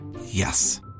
Yes